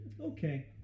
Okay